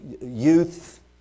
youth